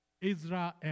Israel